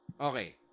Okay